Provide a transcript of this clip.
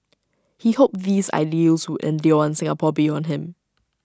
he hoped these ideals would endure in Singapore beyond him